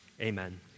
Amen